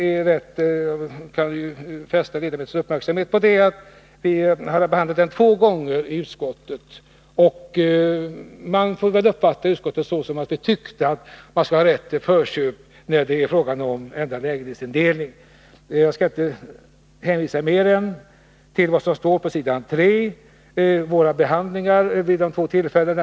Jag vill fästa ledamöternas uppmärksamhet på att vi har behandlat den två gånger i utskottet. Man får väl uppfatta utskottet så att vi tyckte att man skall ha rätt till förköp när det är fråga om ändrad lägenhetsindelning. Jag skall bara hänvisa till vad som står på s. 3 i betänkandet beträffande utskottsbehandlingen vid de två tidigare tillfällena.